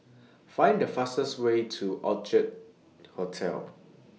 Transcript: Find The fastest Way to Orchid Hotel